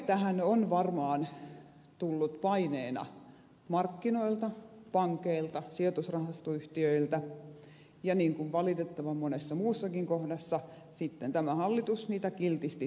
tarve tähän on varmaan tullut paineena markkinoilta pankeilta sijoitusrahastoyhtiöiltä ja niin kuin valitettavan monessa muussakin kohdassa sitten tämä hallitus niitä kiltisti toteuttaa